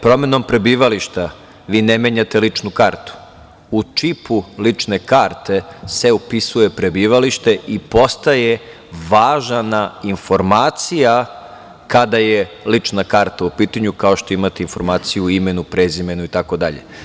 Promenom prebivališta vi ne menjate ličnu kartu, u čipu lične karte se upisuje prebivalište i postaje važna informacija kada je lična karta u pitanju kao što imate informaciju o imenu, prezimenu, itd.